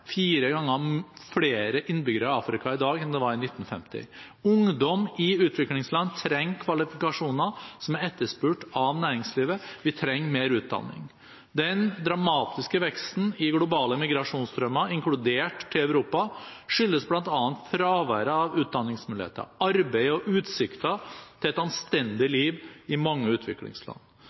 i dag enn det var i 1950. Ungdom i utviklingsland trenger kvalifikasjoner som er etterspurt av næringslivet. De trenger mer utdanning. Den dramatiske veksten i globale migrasjonsstrømmer, inkludert til Europa, skyldes bl.a. fraværet av utdanningsmuligheter, arbeid og utsikter til et anstendig liv i mange utviklingsland.